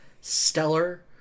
stellar